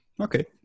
Okay